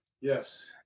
Yes